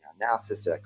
analysis